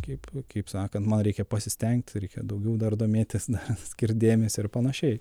kaip kaip sakant man reikia pasistengti reikia daugiau dar domėtis skirt dėmesio ir panašiai